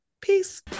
Peace